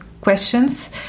questions